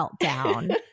meltdown